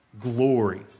glory